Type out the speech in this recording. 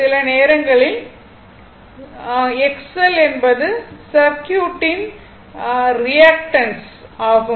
சில நேரங்களில் X L என்பது சர்க்யூட்டின் ரியாக்டன்ஸ் ஆகும்